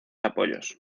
apoyos